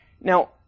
Now